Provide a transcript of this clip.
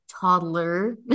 toddler